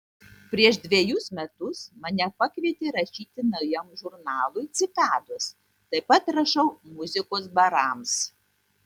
prieš dvejus metus mane pakvietė rašyti naujam žurnalui cikados taip pat rašau muzikos barams